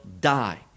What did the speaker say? die